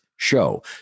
Show